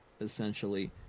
essentially